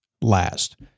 last